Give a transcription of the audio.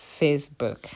Facebook